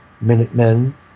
Minutemen